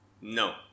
No